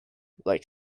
like